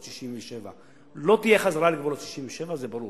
67'. לא תהיה חזרה לגבולות 67'. זה ברור.